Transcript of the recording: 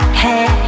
hey